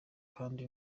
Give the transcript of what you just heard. kandi